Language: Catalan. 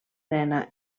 nena